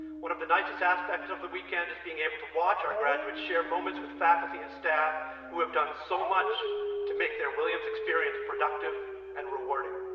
one of the nicest aspects of the weekend is being able to watch our graduates share moments with faculty and staff who have done so much to make their williams experience productive and rewarding.